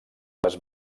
les